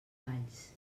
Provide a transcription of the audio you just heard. valls